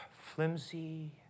flimsy